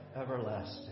everlasting